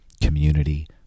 community